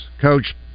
Coach